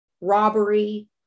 robbery